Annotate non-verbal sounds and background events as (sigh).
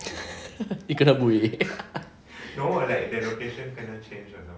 (laughs) he kena bullied